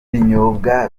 binyobwa